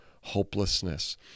hopelessness